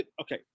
okay